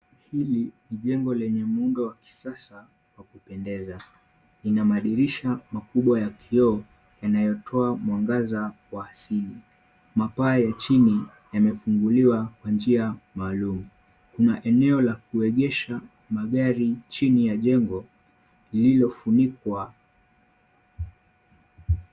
Hili ni jengo lenye muundo wa kisasa wa kupendeza. Ina madirisha makubwa ya kioo yanayotoa mwangaza wa asili. Mapaa ya chini yame funguliwa kwa njia maalum. Kuna eneo la kurejesha majari chini ya jengo lililo funikwa